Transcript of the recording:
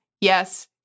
Yes